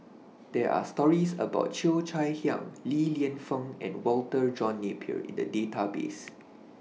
There Are stories about Cheo Chai Hiang Li Lienfung and Walter John Napier in The Database